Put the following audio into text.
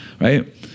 right